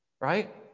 Right